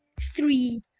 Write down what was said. three